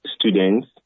students